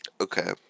Okay